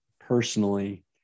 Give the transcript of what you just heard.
personally